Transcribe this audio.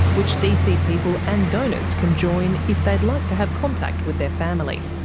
which dc people and donors can join if they'd like to have contact with their family.